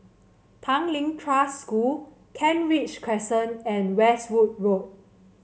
Tanglin Trust School Kent Ridge Crescent and Westwood Road